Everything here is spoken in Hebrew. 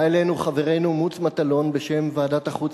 בא אלינו חברנו מוץ מטלון בשם ועדת החוץ